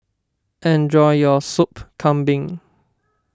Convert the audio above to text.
enjoy your Sup Kambing